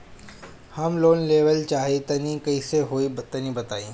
हम लोन लेवल चाह तनि कइसे होई तानि बताईं?